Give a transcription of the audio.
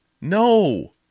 No